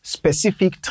specific